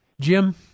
Jim